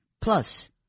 Plus